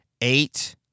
eight